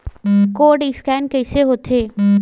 Code scan कइसे होथे?